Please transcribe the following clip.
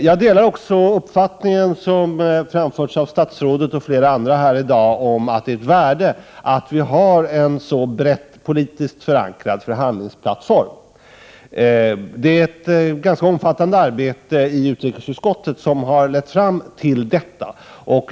Jag delar den uppfattning som här i dag framförts av statsrådet och flera andra om att det finns ett värde i att vi har en förhandlingsplattform som är brett politiskt förankrad. Det är ett ganska omfattande arbete i utrikesutskottet som har lett fram till detta.